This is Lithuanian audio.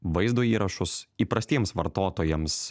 vaizdo įrašus įprastiems vartotojams